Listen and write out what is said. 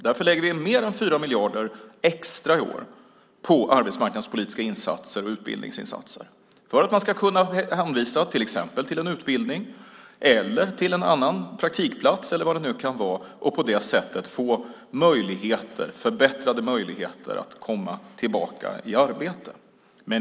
Vi lägger i år mer än 4 miljarder extra på arbetsmarknadspolitiska insatser och utbildningsinsatser för att man ska kunna hänvisa till en utbildning, en praktikplats eller vad det nu kan vara och på det sättet ge förbättrade möjligheter att komma tillbaka i arbete.